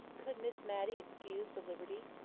could miss matty excuse the liberty?